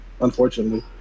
Unfortunately